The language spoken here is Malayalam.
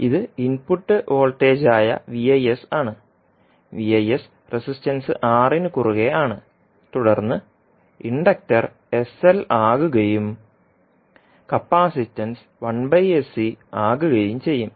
ഇത് ഇൻപുട്ട് വോൾട്ടേജായ Vi ആണ് Vi റെസിസ്റ്റൻസ് Rന് കുറുകെ ആണ് തുടർന്ന് ഇൻഡക്റ്റർ sL ആകുകയും കപ്പാസിറ്റൻസ് ആകുകയും ചെയ്യും